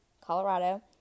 Colorado